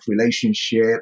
relationship